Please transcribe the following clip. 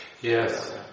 Yes